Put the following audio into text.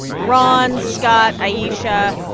ron, scott, ayesha,